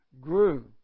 grew